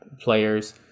players